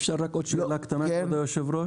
אפשר רק עוד שאלה קטנה, כבוד יושב הראש?